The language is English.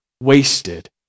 wasted